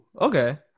Okay